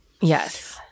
Yes